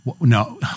no